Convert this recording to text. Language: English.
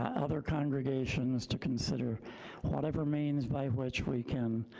other congregations to consider whatever means by which we can